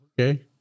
Okay